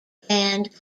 band